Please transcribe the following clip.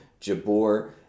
jabor